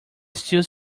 still